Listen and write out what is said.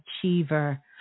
achiever